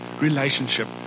relationship